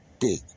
big